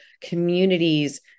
communities